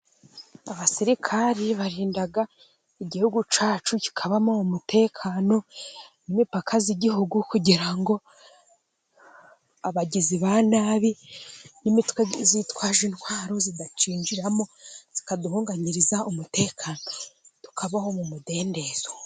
Abasirikari barinda igihugu cyacu kikabamo umutekano, n'imipaka z'igihugu kugira ngo abagizi ba nabi n'imitwe zitwaje intwaro zitakinjiramo zikaduhunngayiriza umutekano, tukabaho mu mudendezo.